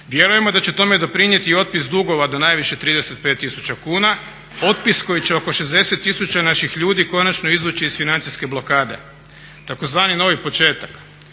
Vjerujemo da će tome doprinijeti i otpis dugova do najviše 35 tisuća kuna, otpis koji će oko 60 tisuća naših ljudi konačno izvući iz financijske blokade. Tzv. novi početak.